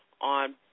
on